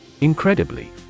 Incredibly